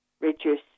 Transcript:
reduce